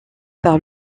par